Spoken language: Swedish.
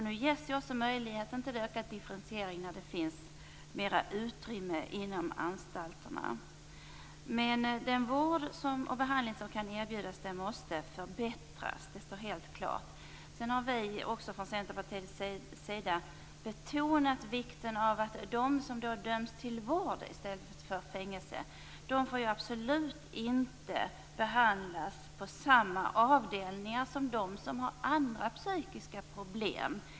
Nu ges också möjligheten till ökad differentiering när det finns mer utrymme inom anstalterna. Den vård och behandling som kan erbjudas måste helt klart förbättras. Vi har från Centerpartiets sida betonat vikten av att de som döms till vård i stället för fängelse absolut inte får behandlas på samma avdelningar inom sjukvården som dem som har andra psykiska problem.